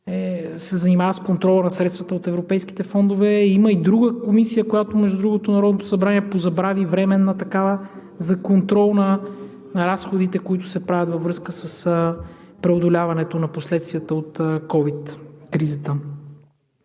се занимава с контрола на средствата от европейските фондове. Има и друга комисия, която Народното събрание позабрави, временна такава за контрол на разходите, които се правят във връзка с преодоляването на последствията от COVID кризата.